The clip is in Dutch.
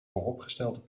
vooropgestelde